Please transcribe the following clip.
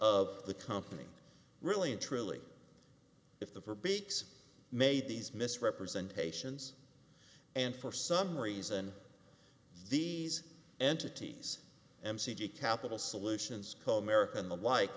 of the company really and truly if the for beaks made these misrepresentations and for some reason these entities m c g capital solutions call american the like